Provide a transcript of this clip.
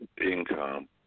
income